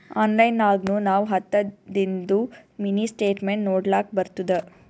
online ನಾಗ್ನು ನಾವ್ ಹತ್ತದಿಂದು ಮಿನಿ ಸ್ಟೇಟ್ಮೆಂಟ್ ನೋಡ್ಲಕ್ ಬರ್ತುದ